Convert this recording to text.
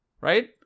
Right